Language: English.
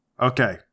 Okay